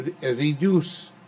reduce